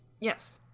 yes